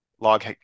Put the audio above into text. log